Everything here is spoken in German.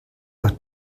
hat